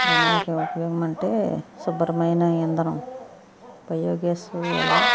జనాలకి ఉపయోగమంటే శుభ్రమైన ఇంధనం బయో గ్యాస్ వల్ల